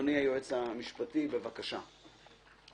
אדוני היועץ המשפטי, בבקשה.